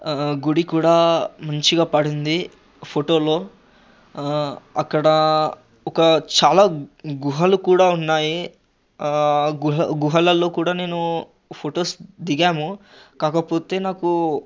గుడి కూడా మంచిగా పడుంది ఫొటోలో అక్కడా ఒక చాలా గుహలు కూడా ఉన్నాయి గుహ గుహలలో కూడా నేను ఫొటోస్ దిగాము కాకపోతే నాకూ